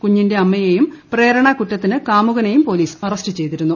കുഞ്ഞിന്റെ അമ്മയെയും പ്രേരണ കുറ്റത്തിന് കാമുകനെയും പോലീസ് അറസ്റ്റ് ചെയ്തിരുന്നു